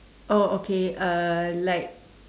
oh okay uh like